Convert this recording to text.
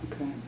Okay